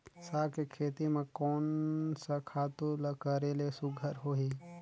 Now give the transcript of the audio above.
साग के खेती म कोन स खातु ल करेले सुघ्घर होही?